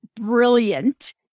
brilliant